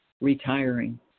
retiring